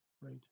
right